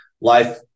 life